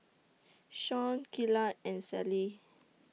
Shon Kaela and Sallie